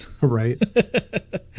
Right